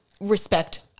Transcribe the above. respect